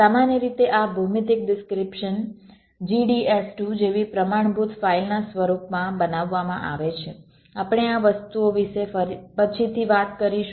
સામાન્ય રીતે આ ભૌમિતિક ડિસ્ક્રીપ્શન GDS2 જેવી પ્રમાણભૂત ફાઇલ ના સ્વરૂપમાં બનાવવામાં આવે છે આપણે આ વસ્તુઓ વિશે પછીથી વાત કરીશું